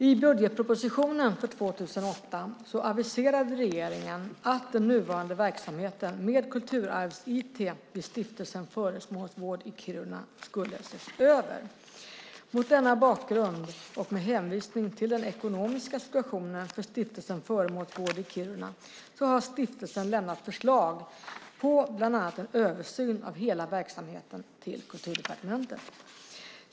I budgetpropositionen för 2008 aviserade regeringen att den nuvarande verksamheten med Kulturarvs-IT vid Stiftelsen Föremålsvård i Kiruna ska ses över. Mot denna bakgrund och med hänvisning till den ekonomiska situationen för Stiftelsen Föremålsvård i Kiruna har stiftelsen lämnat förslag på bland annat en översyn av hela verksamheten till Kulturdepartementet.